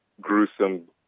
gruesome